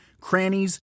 crannies